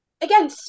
again